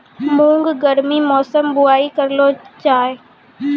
मूंग गर्मी मौसम बुवाई करलो जा?